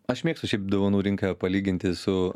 aš mėgstu šiaip dovanų rinką palyginti su